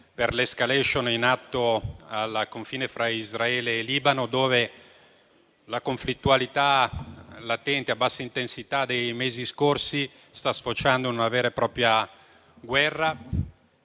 per l'*escalation* in atto al confine fra Israele e Libano, dove la conflittualità latente e a bassa intensità dei mesi scorsi sta sfociando in una vera e propria guerra.